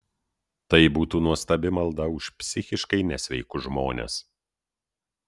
tai būtų nuostabi malda už psichiškai nesveikus žmones